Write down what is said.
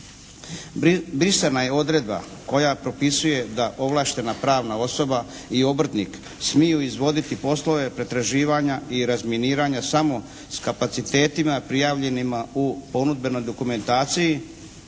Brisana je odredba koja propisuje da ovlaštena pravna osoba i obrtnik smiju izvoditi poslove pretraživanja i razminiranja samo s kapacitetima prijavljenima u ponudbenoj dokumentaciji